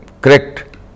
correct